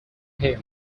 here